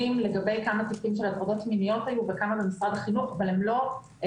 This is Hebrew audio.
לגבי כמה תיקים של עבירות מיניות היו וכמה במשרד החינוך אבל אין